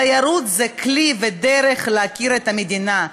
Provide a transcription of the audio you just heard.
תיירות היא כלי ודרך להכיר את המדינה,